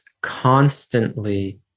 constantly